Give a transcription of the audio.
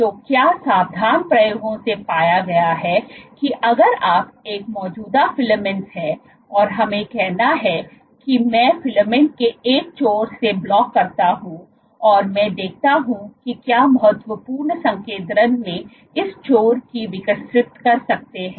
तो क्या सावधान प्रयोगों से पाया गया है कि अगर आप एक मौजूदा फिलामेंट्स है और हमें कहना है कि मैं फिलामेंट्स के एक छोर से ब्लॉक करता हूं और मैं देखता हूं की क्या महत्वपूर्ण संकेंद्रण में इस छोर को विकसित कर सकते है